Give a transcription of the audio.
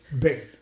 big